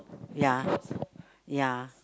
ya ya